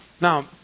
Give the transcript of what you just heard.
Now